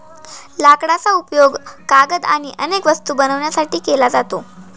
लाकडाचा उपयोग कागद आणि अनेक वस्तू बनवण्यासाठी केला जातो